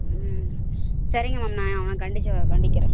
ம் சரிங்க மேம் நான் அவனை கண்டித்து வள கண்டிக்கிறேன்